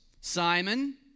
Simon